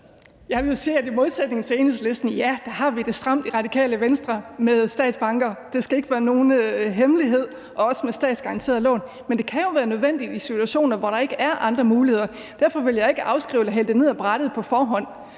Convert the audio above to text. Jeg vil sige, at i modsætning til Enhedslisten har vi det i Radikale Venstre stramt med statsbanker og også med statsgaranterede lån. Det skal ikke være nogen hemmelighed. Men det kan jo være nødvendigt i situationer, hvor der ikke er andre muligheder. Derfor vil jeg ikke afskrive eller hælde det ned ad brættet på forhånd,